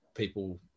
People